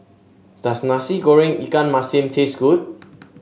does Nasi Goreng Ikan Masin taste good